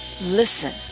Listen